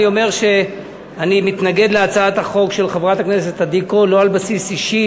אני אומר שאני מתנגד להצעת החוק של חברת הכנסת עדי קול לא על בסיס אישי,